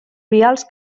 vials